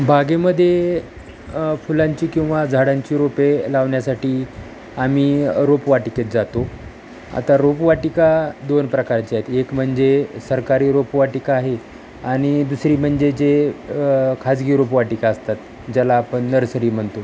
बागेमध्ये फुलांची किंवा झाडांची रोपे लावण्यासाठी आम्ही रोपवाटिकेत जातो आता रोपवाटिका दोन प्रकारचे आहेत एक म्हणजे सरकारी रोपवाटिका आहे आणि दुसरी म्हणजे जे खाजगी रोपवाटिका असतात ज्याला आपण नर्सरी म्हणतो